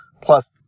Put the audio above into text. Plus